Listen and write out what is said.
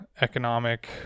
economic